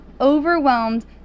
overwhelmed